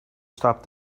stop